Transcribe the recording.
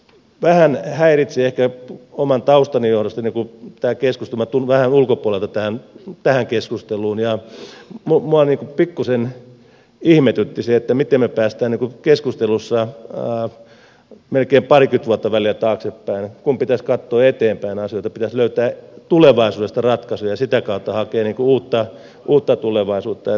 vähän häiritsee ehkä oman taustani johdosta tämä keskustelu minä olen tullut vähän ulkopuolelta tähän keskusteluun ja minua pikkuisen ihmetytti se miten me pääsemme keskustelussa välillä melkein parikymmentä vuotta taaksepäin kun pitäisi katsoa eteenpäin asioita pitäisi löytää tulevaisuudesta ratkaisuja ja sitä kautta hakea uutta tulevaisuutta